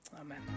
Amen